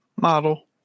model